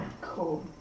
Cool